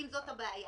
אם זאת הבעיה.